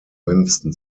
winston